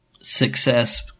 success